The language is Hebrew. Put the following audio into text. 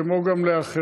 כמו גם לאחרים: